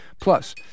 Plus